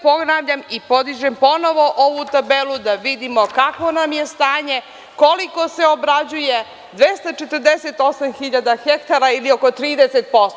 Ponavljam i podižem ponovo ovu tabelu da vidimo kakvo nam je stanje, koliko se obrađuje, 248 hiljada hektara ili oko 30%